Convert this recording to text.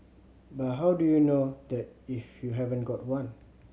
but how do you know that if you haven't got one